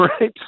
right